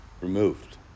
Removed